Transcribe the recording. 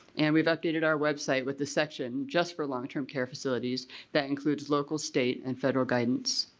and we've updated our website with the section just for long-term care facilities that includes local, state, and federal guidance.